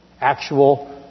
actual